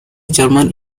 german